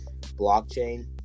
blockchain